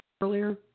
earlier